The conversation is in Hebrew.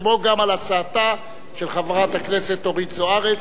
וכן על הצעתה של חברת הכנסת אורית זוארץ,